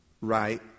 right